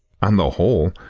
on the whole,